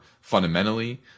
Fundamentally